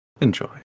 Enjoy